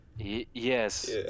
yes